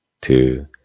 two